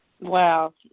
Wow